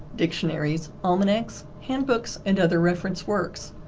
dictionaries, almanacs, handbooks and other reference works.